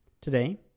Today